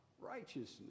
righteousness